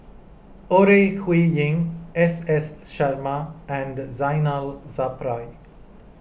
Ore Huiying S S Sarma and Zainal Sapari